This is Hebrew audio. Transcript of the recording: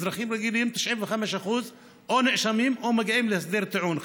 או נאשמים או מגיעים להסדר טיעון.